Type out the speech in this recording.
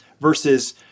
versus